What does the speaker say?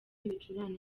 ibicurane